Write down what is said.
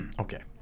Okay